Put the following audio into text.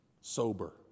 sober